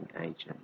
agent